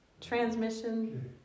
transmission